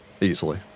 easily